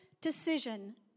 decision